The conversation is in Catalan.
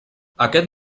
aquest